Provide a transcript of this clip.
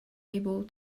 able